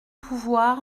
pouvoir